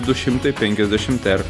du šimtai penkiasdešimt er